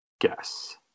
guess